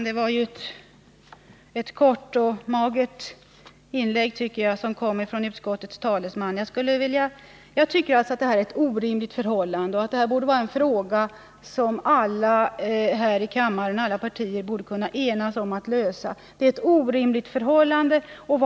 Herr talman! Det var ett kort och magert inlägg från utskottets talesman. Jag tycker att det är ett orimligt förhållande och att alla partier här i kammaren borde kunna ena sig om att lösa detta problem.